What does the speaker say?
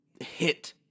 hit